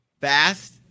Fast